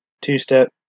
two-step